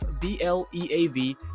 B-L-E-A-V